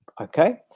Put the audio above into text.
okay